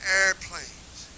airplanes